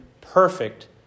perfect